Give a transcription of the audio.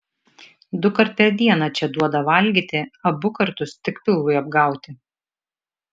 dukart per dieną čia duoda valgyti abu kartus tik pilvui apgauti